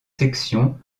sections